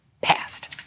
passed